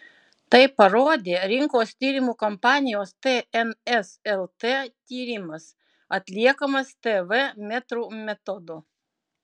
tai parodė rinkos tyrimų kompanijos tns lt tyrimas atliekamas tv metrų metodu